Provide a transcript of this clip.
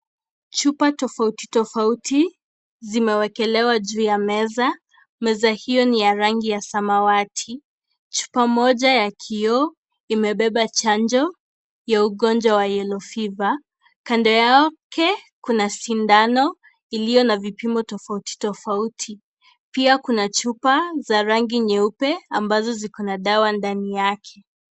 Chupa tofauti tofauti zimewekelewa juu ya meza. Meza hiyo ni ya rangi ya samawati. Chupa moja ya kioo imebeba chanjo ya ugonjwa wa Yellow Fever . Kando yake kuna sindano iliyo na vipimo tofauti tofauti. Pia kuna chupa za rangi nyeupe ambazo ziko na dawa ndani yake.